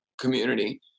community